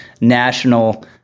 national